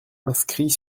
inscrit